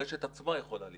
הרשת עצמה יכולה ליפול.